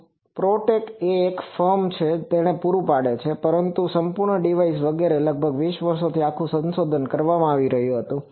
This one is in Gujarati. અને Pro Tech એ એક ફર્મ છે જે તેને પૂરું પાડે છે પરંતુ તે સંપૂર્ણ ડિઝાઇન વગેરે લગભગ 20 વર્ષોથી આખું સંશોધન કરવામાં આવ્યું હતું